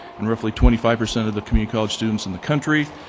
and roughly twenty five percent of the community college students in the country.